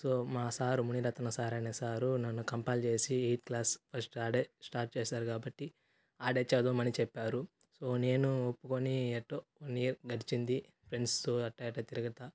so మా sir Muniratnam sir అనే sir నన్ను కంపైల్ చేసి ఎయిత్ క్లాస్ ఫస్ట్ ఆడే స్టార్ట్ చేసారు కాబట్టి ఆడే చదవమని చెప్పారు సో నేను ఒప్పుకొని ఎటో వన్ ఇయర్ గడిచింది ఫ్రెండ్స్తో అట్టాటా తిరుగుతా